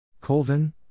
Colvin